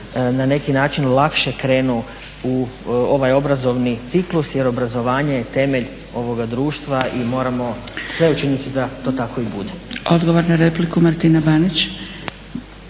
na neki način lakše krenu u ovaj obrazovni ciklus jer obrazovanje je temelj ovoga društva i moramo sve učiniti da to tako i bude. **Zgrebec, Dragica